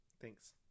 Thanks